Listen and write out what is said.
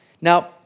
Now